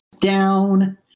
down